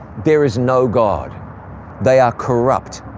there is no god they are corrupt,